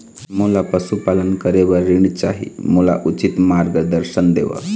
मोला पशुपालन करे बर ऋण चाही, मोला उचित मार्गदर्शन देव?